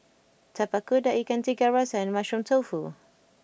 Tapak Kuda Ikan Tiga Rasa and Mushroom Tofu